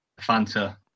Fanta